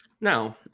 now